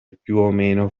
aperte